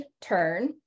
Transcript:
turn